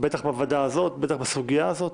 בטח בוועדה הזאת, בטח בסוגיה הזאת.